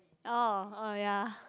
oh oh ya